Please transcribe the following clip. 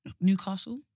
Newcastle